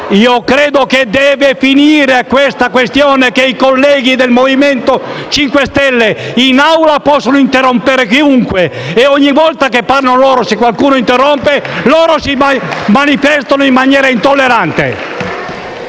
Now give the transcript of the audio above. credo che debba finire questa storia per cui i colleghi del Movimento 5 Stelle in Aula possono interrompere chiunque, mentre ogni volta che parlano loro, se qualcuno li interrompe, loro manifestano in maniera intollerante.